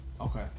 Okay